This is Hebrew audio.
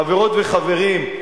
חברות וחברים,